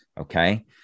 okay